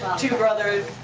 two brothers.